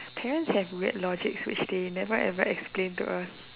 parents have weird logic which they never ever explain to us